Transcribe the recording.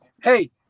Hey